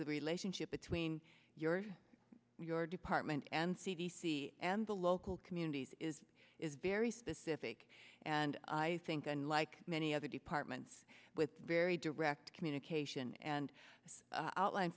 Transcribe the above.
the relationship between your your department and c d c and the local communities is is very specific and i think unlike many other departments with very direct communication and this outline